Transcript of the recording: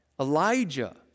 Elijah